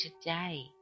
today